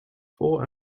four